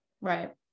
Right